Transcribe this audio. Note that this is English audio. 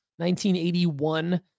1981